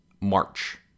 March